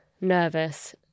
nervous